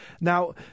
Now